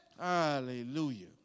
Hallelujah